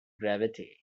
gravity